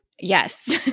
Yes